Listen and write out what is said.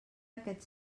aquests